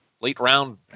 Late-round